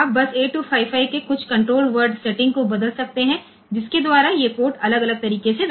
તેથી આપણે ફક્ત 8255 ના અમુક કન્ટ્રોલ વર્ડ સેટિંગ બદલી શકીએ છીએ જેના દ્વારા આ પોર્ટ અલગ અલગ રીતે વર્તે છે